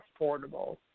affordable